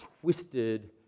twisted